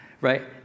Right